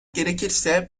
gerekirse